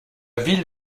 ville